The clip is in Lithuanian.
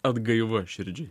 atgaiva širdžiai